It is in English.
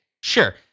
sure